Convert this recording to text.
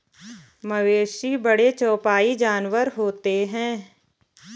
मवेशी बड़े चौपाई जानवर होते हैं